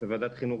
בוועדת חינוך,